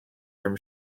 from